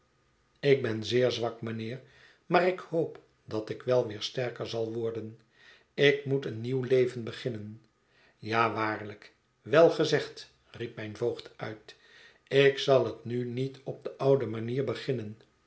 ik ben zeer zwak mijnheer maar ik hoop dat ik wel weer sterker zal worden ik moet een nieuw leven beginnen ja waarlijk wel gezegd riep mijn voogd uit ik zal het nu niet op de oude manier beginnen